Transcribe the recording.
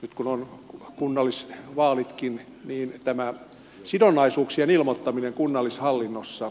itä timor kunnallisten vaalitkin viihdyttävää sidonnaisuuksien ilmoittaminen kunnallishallinnossa